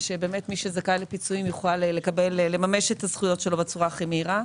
שבאמת מי שזכאי לפיצויים יוכל לממש את הזכויות שלו בצורה הכי מהירה.